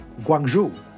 Guangzhou